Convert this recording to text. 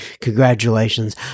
Congratulations